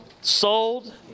sold